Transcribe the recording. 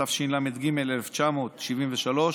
התשל"ג 1973,